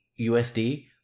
USD